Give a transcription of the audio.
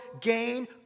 gain